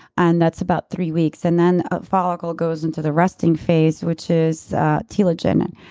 and that's about three weeks. and then a follicle goes into the resting phase which is telogen. and